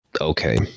okay